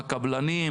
הקבלנים,